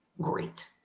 great